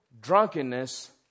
drunkenness